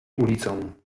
ulicą